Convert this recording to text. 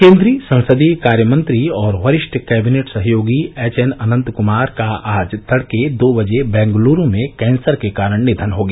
केन्द्रीय संसदीय कार्यमंत्री और वरिष्ठ कैबिनेट सहयोगी एच एन अनंत कुमार का आज तड़के दो बजे बंगलूरू में कैंसर के कारण निधन हो गया